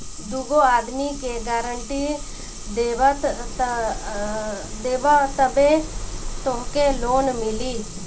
दूगो आदमी के गारंटी देबअ तबे तोहके लोन मिली